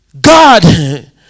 God